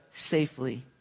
safely